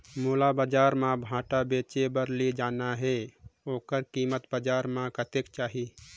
मोला बजार मां भांटा बेचे बार ले जाना हे ओकर कीमत बजार मां कतेक जाही?